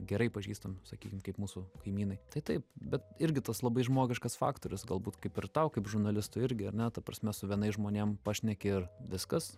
gerai pažįstam sakykim kaip mūsų kaimynai tai taip bet irgi tas labai žmogiškas faktorius galbūt kaip ir tau kaip žurnalistui irgi ar ne ta prasme su vienais žmonėm pašneki ir viskas